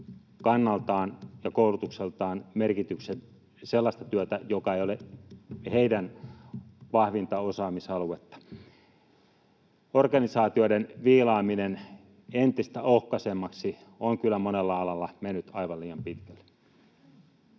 kannaltaan ja koulutukseltaan sellaista työtä, joka ei ole heidän vahvinta osaamisaluettaan. Organisaatioiden viilaaminen entistä ohkaisemmiksi on kyllä monella alalla mennyt aivan liian pitkälle.